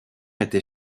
était